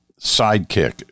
sidekick